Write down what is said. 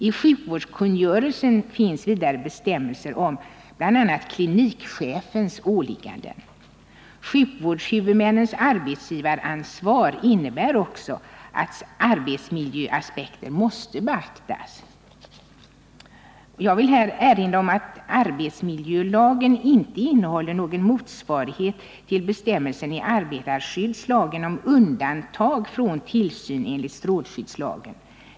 I sjukvårdskungörelsen finns vidare bestämmelser om bl.a. klinikchefens åligganden. Sjukvårdshuvudmännens arbetsgivaransvar innebär också att arbetsmiljöaspekter måste beaktas. Jag vill här erinra om de skärpta bestämmelserna i den nya arbetsmiljölagen.